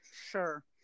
Sure